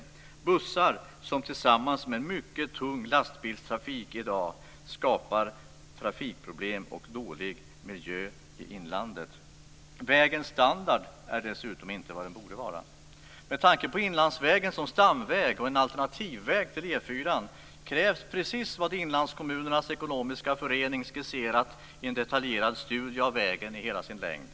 Dessa bussar skapar tillsammans med mycket tung lastbilstrafik i dag trafikproblem och dålig miljö i inlandet. Vägens standard är dessutom inte vad den borde vara. Med tanke på Inlandsvägen som stamväg och alternativväg till E 4:an krävs precis vad Inlandskommunernas Ekonomiska Förening skisserat i en detaljerad studie av vägen i hela dess längd.